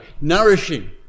nourishing